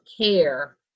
care